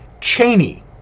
Cheney